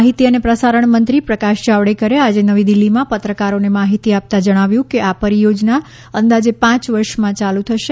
માહિતી અને પ્રસારણ મંત્રી પ્રકાશ જાવડેકરે આજે નવી દિલ્હીમાં પત્રકારોને માહિતી આપતાં જણાવ્યું કે આ પરિયોજના અંદાજે પાંચ વર્ષમાં યાલુ થશે